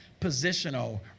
positional